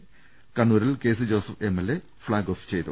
യാത്ര കണ്ണൂരിൽ K C Joseph MLA flag off ചെയ്തു